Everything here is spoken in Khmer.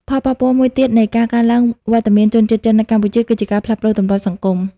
ផលប៉ះពាល់មួយទៀតនៃការកើនឡើងវត្តមានជនជាតិចិននៅកម្ពុជា គឺការផ្លាស់ប្តូរទម្លាប់សង្គម។